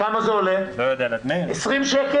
כמה זה עולה, 20 שקלים?